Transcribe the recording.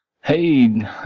Hey